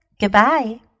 goodbye